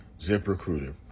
ZipRecruiter